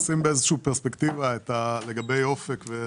לשים בפרספקטיבה את הדברים לגבי אופק.